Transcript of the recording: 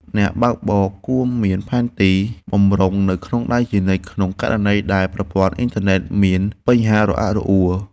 អ្នកបើកបរគួរមានផែនទីបម្រុងនៅក្នុងដៃជានិច្ចក្នុងករណីដែលប្រព័ន្ធអ៊ីនធឺណិតមានបញ្ហារអាក់រអួល។